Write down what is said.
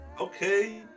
Okay